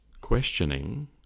questioning